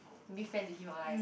maybe send to him or like